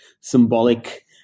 symbolic